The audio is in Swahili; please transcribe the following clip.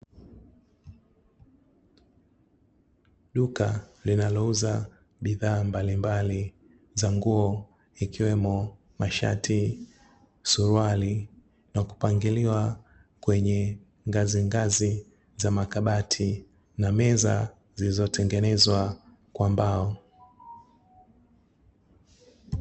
Duka linalouza bidhaa mbalimbali za nguo ikiwemo: mashati, suruali na kupangiliwa kwenye ngazingazi za makabati na meza zilizotengenezwa kwa mbao.